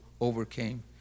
overcame